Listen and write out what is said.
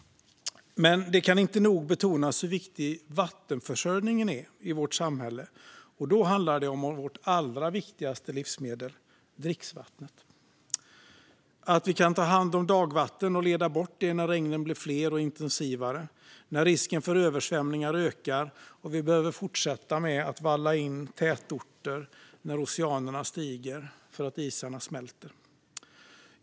Det kan inte nog betonas hur viktig vattenförsörjningen är i vårt samhälle. Det handlar om vårt allra viktigaste livsmedel, dricksvatten. Vi måste kunna ta hand om dagvatten och leda bort det när regnen blir fler och intensivare och risken för översvämningar ökar, och vi behöver fortsätta valla in tätorter när haven stiger för att isarna smälter.